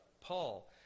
Paul